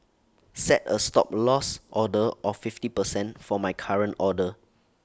set A Stop Loss order of fifty percent for my current order